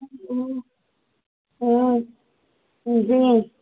हाँ जी